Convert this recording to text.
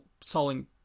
solving